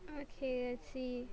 okay let's see